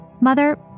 mother